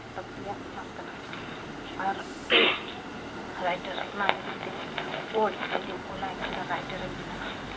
ᱞᱟᱹᱠᱛᱤᱭᱟᱱᱟᱜ ᱠᱟᱱᱟ ᱟᱨ ᱨᱟᱭᱴᱟᱨ ᱚᱱᱟ ᱞᱟᱹᱜᱤᱫᱼᱛᱮ ᱚᱞ ᱡᱩᱫᱤᱢ ᱚᱞᱟ ᱮᱱᱠᱷᱟᱱ ᱨᱟᱭᱴᱟᱨᱮᱢ ᱵᱮᱱᱟᱜᱼᱟ